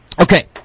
okay